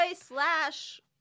slash